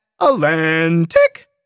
Atlantic